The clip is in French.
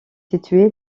situé